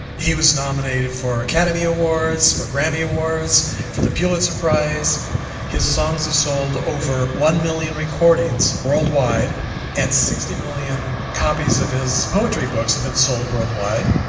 he was nominated for academy awards for grammy awards for the pulitzer prize his songs have sold over one million recordings worldwide and sixty million copies of his poetry books have been sold worldwide